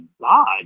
God